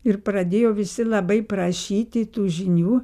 ir pradėjo visi labai prašyti tų žinių